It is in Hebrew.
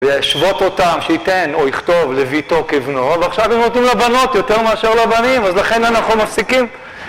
להשוות אותם, שייתן או יכתוב לביתו כבנו, ועכשיו הם נותנים לבנות יותר מאשר לבנים אז לכן אנחנו מפסיקים